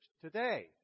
today